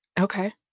Okay